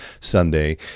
sunday